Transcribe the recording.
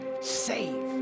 Save